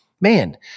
man